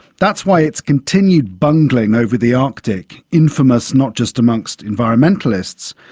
that's why its continued bungling over the arctic infamous not just amongst environmentalists,